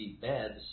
beds